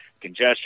congestion